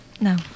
No